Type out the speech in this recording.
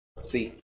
See